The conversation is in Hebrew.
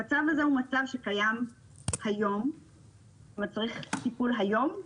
המצב הזה הוא מצב שקיים היום ומצריך טיפול היום.